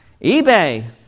eBay